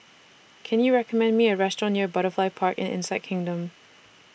Can YOU recommend Me A Restaurant near Butterfly Park and Insect Kingdom